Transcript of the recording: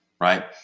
right